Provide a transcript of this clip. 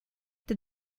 did